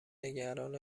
نگران